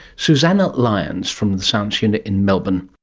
suzannah lyons from the science unit in melbourne